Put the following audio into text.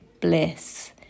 bliss